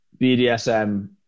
BDSM